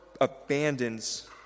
abandons